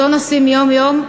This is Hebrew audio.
אותו נושאים יום-יום,